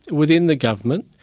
within the government,